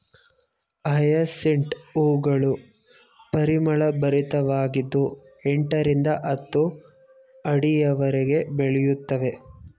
hyacinth ಹೂಗಳು ಪರಿಮಳಭರಿತವಾಗಿದ್ದು ಎಂಟರಿಂದ ಹತ್ತು ಅಡಿಯವರೆಗೆ ಬೆಳೆಯುತ್ತವೆ